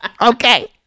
Okay